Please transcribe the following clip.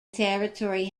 territory